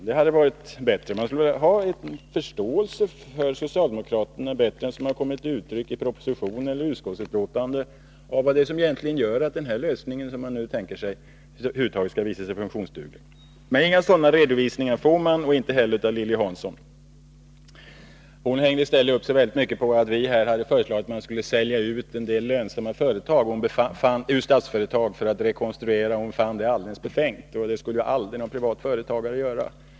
Det kunde bättre än vad som kommer till uttryck i proposition och utskottsbetänkande ha kunnat skapa förståelse för vad det är som enligt socialdemokraterna egentligen gör att den lösning som de nu tänker sig över huvud taget skall visa sig funktionsduglig. Inga sådana redovisningar fick man dock av Lilly Hansson heller. Hon hängde i stället upp sig väldigt mycket på att vi hade föreslagit att man skulle sälja ut en del lönsamma företag ur Statsföretag för att rekonstruera, och hon fann det alldeles befängt, för det skulle ju aldrig någon privat företagare göra.